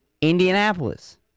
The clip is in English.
Indianapolis